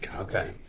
okay.